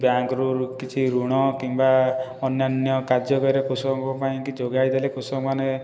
ବ୍ୟାଙ୍କରୁ କିଛି ଋଣ କିମ୍ବା ଅନ୍ୟାନ୍ୟ କାର୍ଯ୍ୟ କରି କୃଷକଙ୍କ ପାଇଁ କିଛି ଯୋଗାଇ ଦେଲେ କୃଷକ ମାନେ